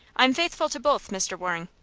i'm faithful to both, mr. waring.